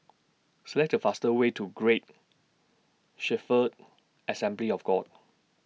Select The fastest Way to Great Shepherd Assembly of God